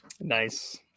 nice